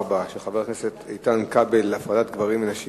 חבר הכנסת איתן כבל שאל את שר הבריאות ביום י"ז